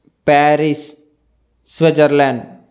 Paris Switzerland